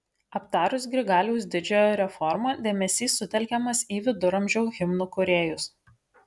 aptarus grigaliaus didžiojo reformą dėmesys sutelkiamas į viduramžių himnų kūrėjus